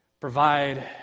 provide